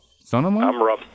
son-in-law